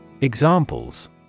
Examples